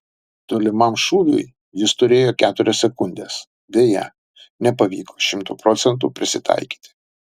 tolimam šūviui jis turėjo keturias sekundes deja nepavyko šimtu procentų prisitaikyti